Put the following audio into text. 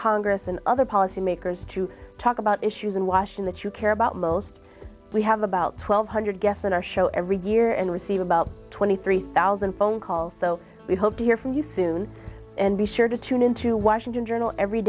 congress and other policymakers to talk about issues and washing that you care about most we have about twelve hundred guests in our show every year and receive about twenty three thousand phone calls so we hope to hear from you soon and be sure to tune in to washington journal every